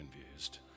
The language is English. confused